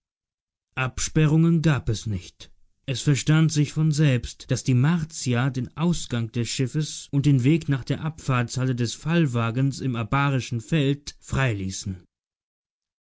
absperrungen gab es nicht es verstand sich von selbst daß die martier den ausgang des schiffes und den weg nach der abfahrtshalle des fallwagens im abarischen feld freiließen